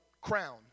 crown